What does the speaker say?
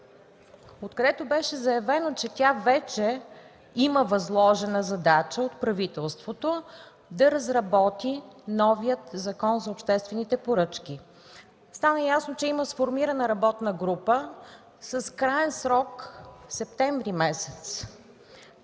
където беше заявено, че тя вече има възложена задача от правителството да разработи новия Закона за обществените поръчки. Стана ясно, че има сформирана работна група с краен срок месец септември.